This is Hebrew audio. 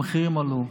המחירים עלו,